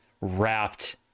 wrapped